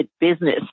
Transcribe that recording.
business